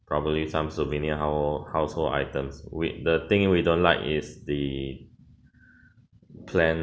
probably some souvenir hou~ household items we the thing we don't like is the planned